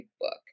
book